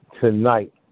tonight